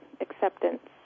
Acceptance